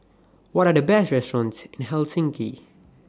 What Are The Best restaurants in Helsinki